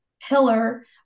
pillar